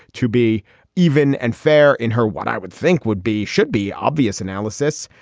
to be even and fair in her. what i would think would be should be obvious analysis.